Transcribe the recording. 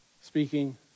speaking